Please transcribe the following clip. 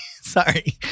Sorry